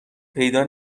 پیدا